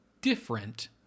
different